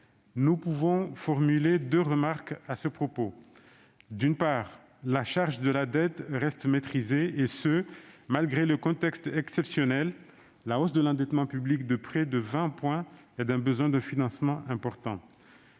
Nous pouvons formuler deux remarques à ce propos. D'une part, la charge de la dette reste maîtrisée, et ce malgré un contexte exceptionnel : la hausse de l'endettement public de près de 20 points de PIB et un besoin de financement important.